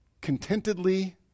contentedly